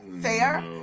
fair